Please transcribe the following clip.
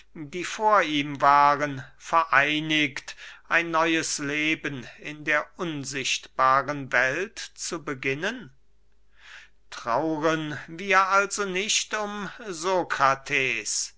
die vor ihm waren vereinigt ein neues leben in der unsichtbaren welt zu beginnen trauren wir also nicht um